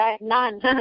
None